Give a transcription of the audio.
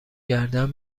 گردن